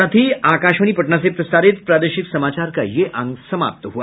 इसके साथ ही आकाशवाणी पटना से प्रसारित प्रादेशिक समाचार का ये अंक समाप्त हुआ